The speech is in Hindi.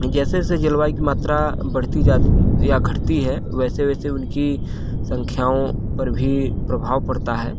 जैसे जैसे जलवायु की मात्रा बढ़ती जात या घटती है वैसे वैसे उनकी संख्याओं पर भी प्रभाव पड़ता है